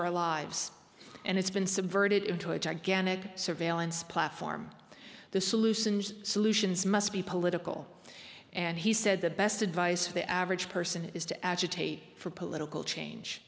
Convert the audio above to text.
our lives and it's been subverted into a gigantic surveillance platform the solutions solutions must be political and he said the best advice for the average person is to agitate for political change